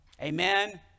Amen